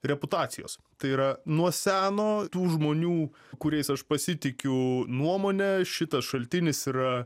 reputacijos tai yra nuo seno tų žmonių kuriais aš pasitikiu nuomone šitas šaltinis yra